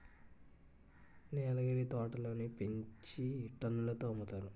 నీలగిరి తోటలని పెంచి టన్నుల తో అమ్ముతారు